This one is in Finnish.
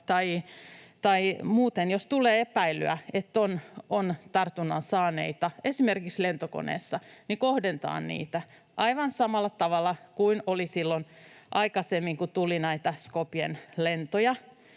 tai muuten — jos tulee epäilyä, että on tartunnan saaneita esimerkiksi lentokoneessa — kohdentaa niitä aivan samalla tavalla kuin oli silloin aikaisemmin, kun tuli näitä Skopjen lentoja.